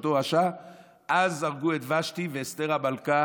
אז הרגו את ושתי, ואסתר המלכה